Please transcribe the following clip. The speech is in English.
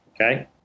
okay